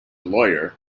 lawyer